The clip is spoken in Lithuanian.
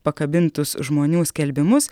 pakabintus žmonių skelbimus